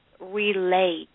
relate